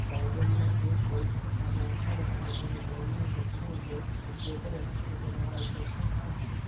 બાઈબલનું તે કોઇપણ પાનું ઉઘાડે અને તેની પહેલી નજરે જે શબ્દો પડે તે તેને માર્ગદર્શન આપશે